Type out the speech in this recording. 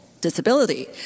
disability